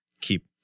keep